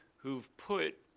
who've put